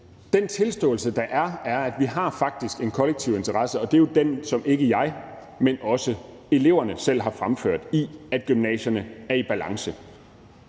den tilståelse, der er, er, at vi jo faktisk har en kollektiv interesse – og det er jo den, som ikke jeg, men også eleverne selv har fremført – i, at gymnasierne er i balance.